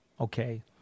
okay